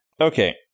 okay